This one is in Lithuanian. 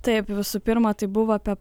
taip visų pirma tai buvo apie